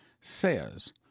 says